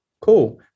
cool